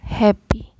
happy